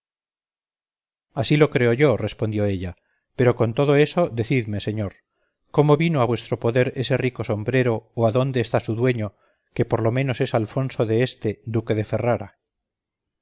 así lo creo yo respondió ella pero con todo eso decidme señor cómo vino a vuestro poder ese rico sombrero o adónde está su dueño que por lo menos es alfonso de este duque de ferrara